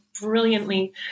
brilliantly